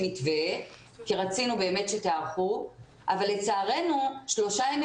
מתווה כי רצינו באמת שתיערכו אבל לצערנו שלושה ימים